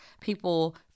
people